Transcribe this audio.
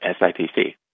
SIPC